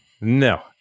no